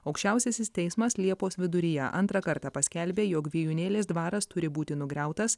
aukščiausiasis teismas liepos viduryje antrą kartą paskelbė jog vijūnėlės dvaras turi būti nugriautas